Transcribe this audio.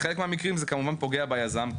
בחלק מהמקרים זה כמובן פוגע ביזם כי